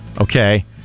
Okay